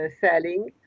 selling